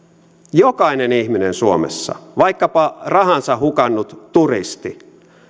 jokainen ihminen suomessa vaikkapa rahansa hukannut turisti